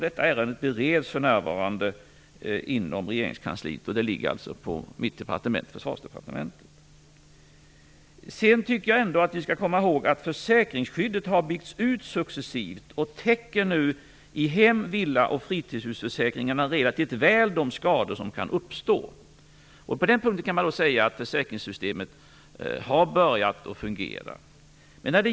Detta ärende bereds för närvarande inom regeringskansliet. Det ligger på mitt departement, Försvarsdepartementet. Vi skall också komma ihåg att försäkringsskyddet har byggts ut successivt och täcker nu i hem-, villaoch fritidshusförsäkringarna relativt väl de skador som kan uppstå. På den punkten kan man säga att försäkringssystemet har börjat fungera.